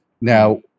Now